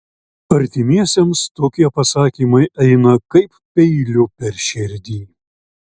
artimiesiems tokie pasakymai eina kaip peiliu per širdį